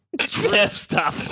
Stop